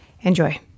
Enjoy